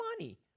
money